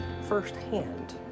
firsthand